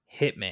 hitman